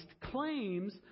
claims